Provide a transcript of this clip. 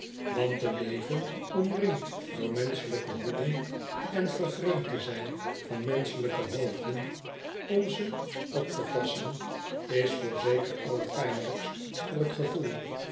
want te leven omringd door menschelijke hoeden en vervreemd te zijn van menschelijke hoofden om ze op te passen is voorzeker allerpijnlijkst voor t gevoel